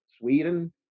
Sweden